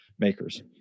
Makers